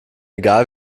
egal